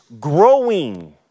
growing